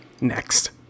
Next